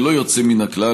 ללא יוצא מן הכלל,